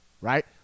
Right